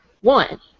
One